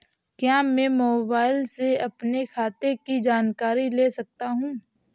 क्या मैं मोबाइल से अपने खाते की जानकारी ले सकता हूँ?